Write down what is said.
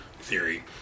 theory